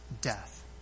death